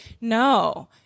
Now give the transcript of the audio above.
no